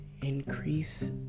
increase